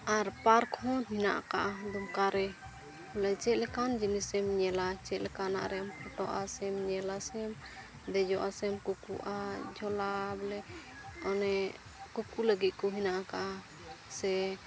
ᱟᱨ park ᱦᱚᱸ ᱢᱮᱱᱟᱜ ᱟᱠᱟᱫᱼᱟ ᱫᱩᱢᱠᱟ ᱨᱮ ᱵᱚᱞᱮ ᱪᱮᱫ ᱞᱮᱠᱟᱱ ᱡᱤᱱᱤᱥᱮᱢ ᱧᱮᱞᱟ ᱪᱮᱫ ᱞᱮᱠᱟᱱᱟᱜ ᱨᱮᱢ ᱵᱚᱞᱚᱜᱼᱟ ᱥᱮᱢ ᱧᱮᱞᱟ ᱥᱮᱢ ᱫᱮᱡᱚᱜᱼᱟ ᱥᱮᱢ ᱠᱩᱠᱩᱜᱼᱟ ᱡᱷᱚᱞᱟ ᱵᱚᱞᱮ ᱚᱱᱮ ᱠᱩᱠᱩ ᱞᱟᱹᱜᱤᱫ ᱠᱚ ᱢᱮᱱᱟᱜ ᱟᱠᱟᱫᱼᱟ ᱥᱮ